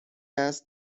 است